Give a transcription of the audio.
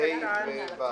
הצביעו